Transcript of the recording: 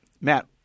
Matt